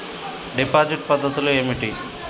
Deposit పద్ధతులు ఏమిటి?